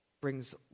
brings